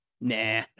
Nah